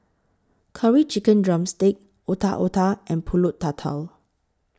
Curry Chicken Drumstick Otak Otak and Pulut Tatal